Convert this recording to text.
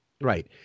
Right